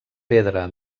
pedra